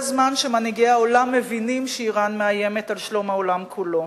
זה זמן שמנהיגי העולם מבינים שאירן מאיימת על שלום העולם כולו,